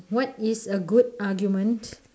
what is a good argument